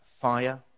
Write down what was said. fire